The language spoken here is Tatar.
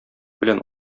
белән